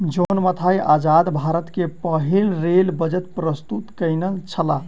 John Mathai आजाद भारत के पहिल रेल बजट प्रस्तुत केनई छला